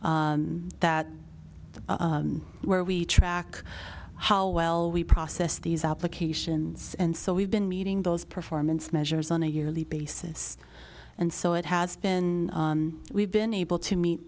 measures that where we track how well we process these applications and so we've been meeting those performance measures on a yearly basis and so it has been we've been able to me